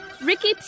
Ricky